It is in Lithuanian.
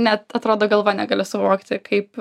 net atrodo galva negali suvokti kaip